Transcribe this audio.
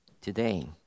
today